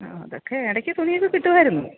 ആ അതൊക്കെ ഇടയ്ക്ക് തുണിയൊക്കെ കിട്ടുമായിരുന്നു